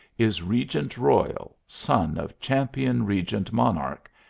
is regent royal, son of champion regent monarch,